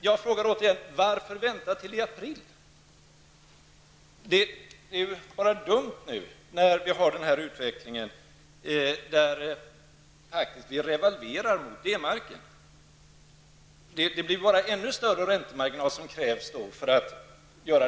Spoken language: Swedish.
Jag frågar därför igen: Varför vänta till april? Det är bara dumt med tanke på den utveckling som vi har där vi faktiskt revalverar mot D-marken. Det är bara ännu större räntemarginal som krävs för utländsk upplåning.